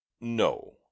No